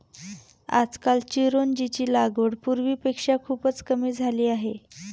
आजकाल चिरोंजीची लागवड पूर्वीपेक्षा खूपच कमी झाली आहे